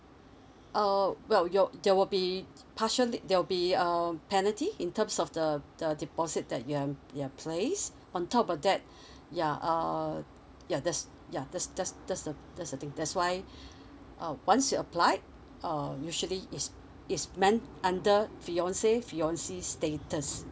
err well you're there will be partially there'll be um penalty in terms of the the deposit that you're you're place on top of that ya uh ya that's ya that's that's that's the that's the thing that's why uh once you applied uh usually it's it's meant under fiance fiancee status